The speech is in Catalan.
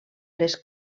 les